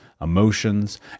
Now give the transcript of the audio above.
emotions